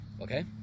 Okay